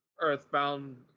Earthbound